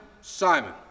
Simon